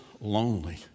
lonely